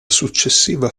successiva